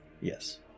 Yes